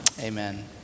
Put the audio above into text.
Amen